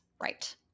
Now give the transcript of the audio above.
Right